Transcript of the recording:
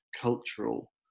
cultural